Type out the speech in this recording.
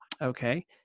Okay